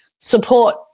support